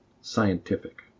scientific